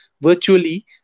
virtually